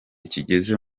kigeze